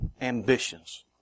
ambitions